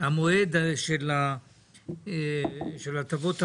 שהמועד של הטבות המס,